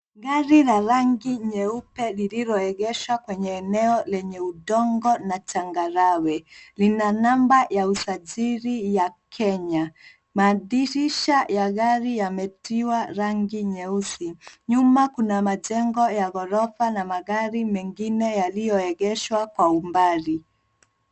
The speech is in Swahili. Gari la rangi nyeupe lilioegeshwa kwenye eneo lenye udongo na changarawe. Lina namba ya usajili ya Kenya. Madirisha ya gari yametiwa rangi nyeusi. Nyuma kuna majengo ya ghorofa na magari mengine yaliyoegeshwa kwa umbali.